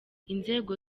inzego